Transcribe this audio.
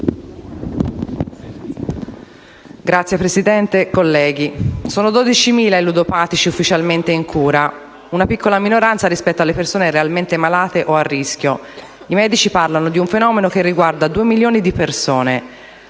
Signor Presidente, colleghi, sono 12.000 i ludopatici ufficialmente in cura: una piccola minoranza rispetto alle persone realmente malate o a rischio. I medici parlano di un fenomeno che riguarda due milioni di persone.